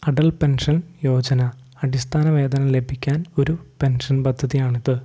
Atal pension Yojana അടിസ്ഥാന വേതനം ലഭിക്കാൻ ഒരു പെൻഷൻ പദ്ധതിയാണിത്